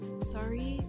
sorry